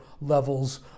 levels